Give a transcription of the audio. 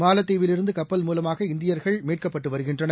மாலத்தீவில் இருந்து கப்பல் மூலமாக இந்தியர்கள் மீட்கப்பட்டு வருகின்றனர்